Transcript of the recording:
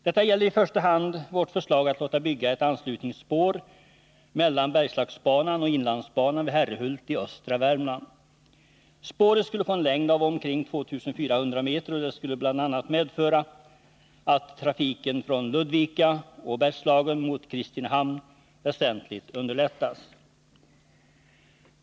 Detta gäller i första hand vårt förslag att låta bygga ett anslutningsspår mellan Bergslagsbanan och inlandsbanan vid Herrhult i östra Värmland. Spåret skulle få en längd av omkring 2 400 m, och det skulle bl.a. medföra att trafiken från Ludvika och Bergslagen mot Kristinehamn väsentligt underlättas.